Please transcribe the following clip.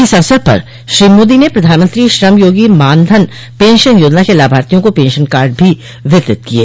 इस अवसर पर श्री मोदी ने प्रधानमंत्री श्रमयोगी मानधन योजना के लाभार्थियों को पेंशन कार्ड भी वितरित किये